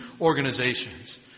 organizations